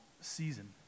season